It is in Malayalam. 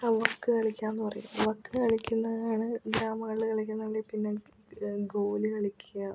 ആ വക്ക് കളിക്കുകയെന്നു പറയും വക്ക് കളിക്കുന്നതാണ് ഗ്രാമങ്ങളിൽ കളിക്കുന്നത് പിന്നെ ഗോലി കളിക്കുക